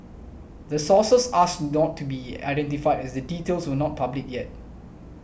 the sources asked don't to be identified as the details were not public yet